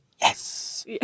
yes